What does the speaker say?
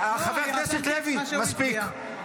חבר הכנסת לוי, מספיק.